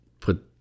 put